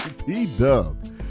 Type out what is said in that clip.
P-Dub